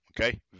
okay